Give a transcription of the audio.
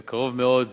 בקרוב מאוד